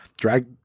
Drag